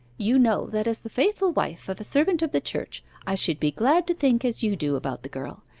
you know that as the faithful wife of a servant of the church, i should be glad to think as you do about the girl.